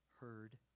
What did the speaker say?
heard